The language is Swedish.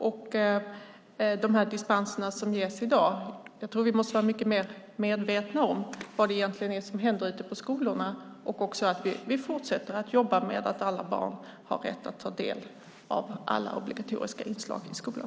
När det gäller de dispenser som ges i dag tror jag att vi måste vara mycket mer medvetna om vad det är som händer ute på skolorna. Vi måste fortsätta att jobba med att alla barn har rätt att ta del av alla obligatoriska inslag i skolan.